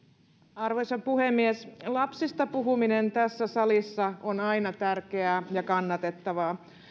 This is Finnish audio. arvoisa puhemies lapsista puhuminen tässä salissa on aina tärkeää ja kannatettavaa